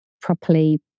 properly